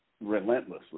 relentlessly